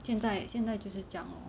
现在现在就是这样